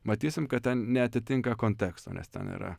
matysim kad ten neatitinka konteksto nes ten yra